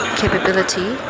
capability